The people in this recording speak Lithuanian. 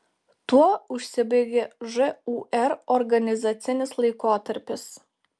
tuo užsibaigė žūr organizacinis laikotarpis